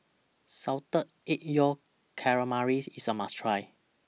Salted Egg Yolk Calamari IS A must Try